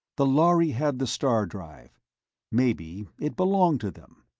the lhari had the star-drive maybe it belonged to them,